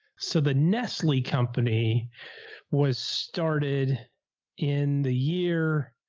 so the nestle company was started in the year.